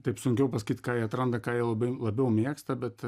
taip sunkiau pasakyti ką jie atranda ką jie labai labiau mėgsta bet